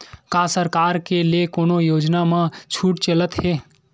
का सरकार के ले कोनो योजना म छुट चलत हे?